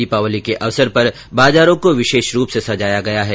दीपावली के अवसर पर बाजारों को विशेषरूप से सजाया गया है